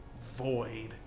void